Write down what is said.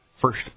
First